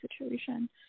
situation